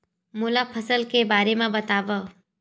मोला फसल के बारे म बतावव?